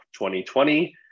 2020